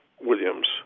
Williams